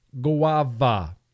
guava